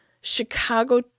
Chicago